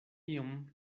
iom